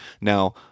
Now